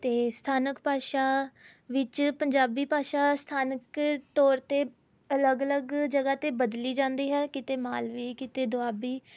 ਅਤੇ ਸਥਾਨਕ ਭਾਸ਼ਾ ਵਿੱਚ ਪੰਜਾਬੀ ਭਾਸ਼ਾ ਸਥਾਨਕ ਤੌਰ 'ਤੇ ਅਲੱਗ ਅਲੱਗ ਜਗ੍ਹਾ 'ਤੇ ਬਦਲੀ ਜਾਂਦੀ ਹੈ ਕਿਤੇ ਮਾਲਵੀ ਕਿਤੇ ਦੁਆਬੀ